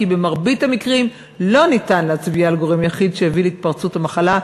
במרבית המקרים לא ניתן להצביע על גורם יחיד שהביא להתפרצות המחלה,